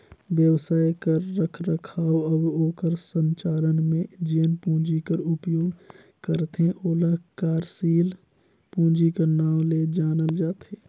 बेवसाय कर रखरखाव अउ ओकर संचालन में जेन पूंजी कर उपयोग करथे ओला कारसील पूंजी कर नांव ले जानल जाथे